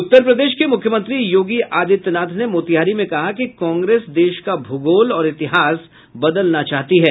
उत्तर प्रदेश के मुख्यमंत्री योगी आदित्य नाथ ने मोतिहारी में कहा कि कांग्रेस देश का भूगोल और इतिहास बदलना चाहती है